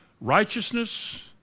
righteousness